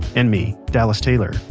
and me dallas taylor.